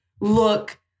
look